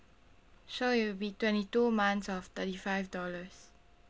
so it'll be twenty two months of thirty five dollars